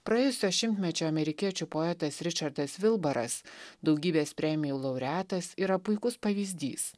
praėjusio šimtmečio amerikiečių poetas ričardas vilbaras daugybės premijų laureatas yra puikus pavyzdys